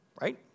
right